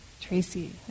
Tracy